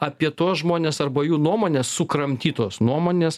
apie tuos žmones arba jų nuomone sukramtytos nuomonės